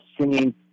singing